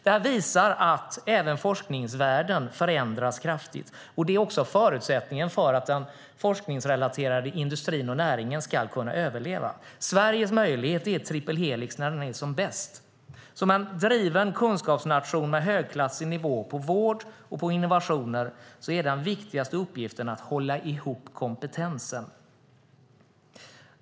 Detta visar att även forskningsvärlden förändras kraftigt, och det är också förutsättningen för att den forskningsrelaterade industrin och näringen ska kunna överleva. Sveriges möjlighet är triple helix när det är som bäst. Som en driven kunskapsnation med högklassig nivå på vård och på innovationer är den viktigaste uppgiften att hålla ihop kompetensen.